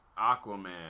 Aquaman